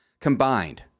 combined